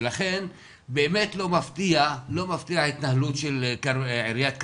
ולכן באמת לא מפתיעה ההתנהלות של עיריית כרמיאל,